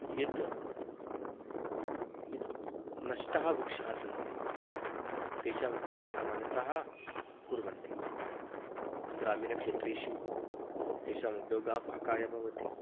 यत् यत् नष्टः वृक्षः सन्ति तेषाम् उपयोगः सामान्यतः कुर्वन्ति ग्रामीणक्षेत्रेषु तेषाम् उपयोगः पाकाय भवति